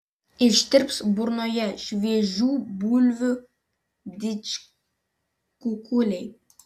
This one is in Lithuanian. ištirps burnoje šviežių bulvių didžkukuliai